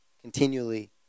continually